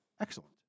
Excellent